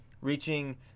reaching